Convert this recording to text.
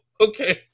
okay